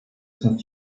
son